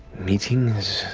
meetings,